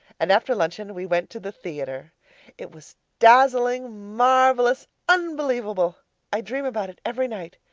and after luncheon we went to the theatre it was dazzling, marvellous, unbelievable i dream about it every night.